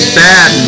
bad